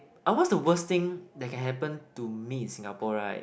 ah what's the worst thing that can happen to me in Singapore right